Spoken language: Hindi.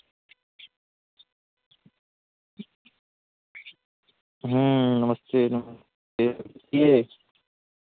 नमस्ते नमस्ते